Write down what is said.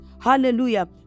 Hallelujah